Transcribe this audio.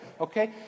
okay